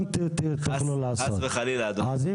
גם תוכלו לעשות את זה.